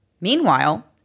Meanwhile